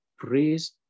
Praise